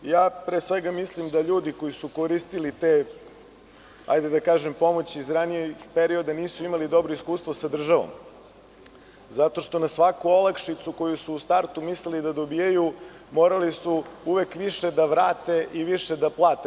Pre svega mislim, da ljudi koji su koristili te, hajde da kažem, pomoći iz ranijeg perioda nisu imali dobro iskustvo sa državom zato što na svaku olakšicu koju su u startu mislili da dobijaju morali su uvek više da vrate i više da plate.